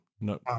No